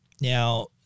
Now